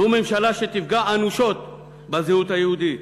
זו ממשלה שתפגע אנושות בזהות היהודית.